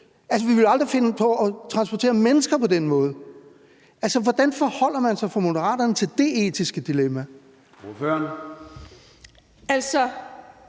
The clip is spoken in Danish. Vi ville jo aldrig finde på at transportere mennesker på den måde. Hvordan forholder man sig i Moderaterne til det etiske dilemma? Kl.